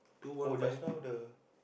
oh just now the